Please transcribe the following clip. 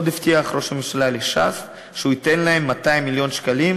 עוד הבטיח ראש הממשלה לש"ס שהוא ייתן להם 200 מיליון שקלים